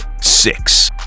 six